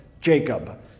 Jacob